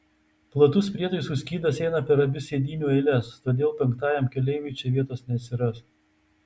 platus prietaisų skydas eina per abi sėdynių eiles todėl penktajam keleiviui čia vietos neatsiras